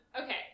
Okay